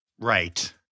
Right